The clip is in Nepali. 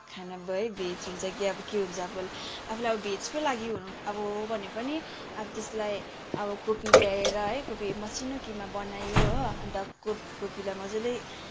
खाना भयो है भेज हुन्छ कि अब के हुन्छ अब आफूलाई अब भेजकै लागि अब हो भने पनि अब त्यसलाई अब कोपी ल्याएर है कोपी मसिनो किमा बनायो हो अन्त कोपी कोपीलाई मज्जाले